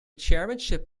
chairmanship